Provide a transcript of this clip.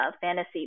fantasy